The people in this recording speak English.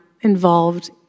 involved